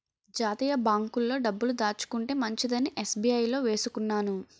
జాతీయ బాంకుల్లో డబ్బులు దాచుకుంటే మంచిదని ఎస్.బి.ఐ లో వేసుకున్నాను